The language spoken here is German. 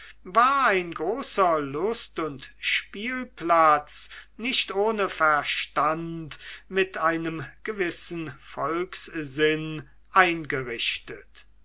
war ein großer lust und spielplatz nicht ohne verstand mit einem gewissen volkssinn eingerichtet